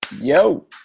Yo